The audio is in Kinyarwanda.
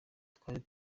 twari